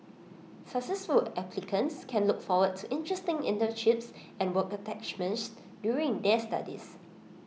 successful applicants can look forward to interesting internships and work attachments during their studies